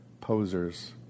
posers